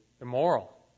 immoral